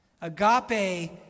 Agape